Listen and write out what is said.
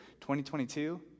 2022